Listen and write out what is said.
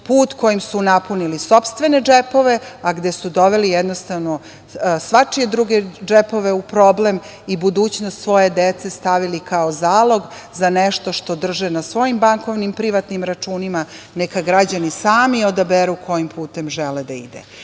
put kojim su napunili sopstvene džepove, a gde su doveli svačije druge džepove u problem i budućnost svoje dece stavili kao zalog za nešto što drže na svojim bankovnim privatnim računima. Neka građani sami odaberu kojim putem žele da idu.